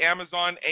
Amazon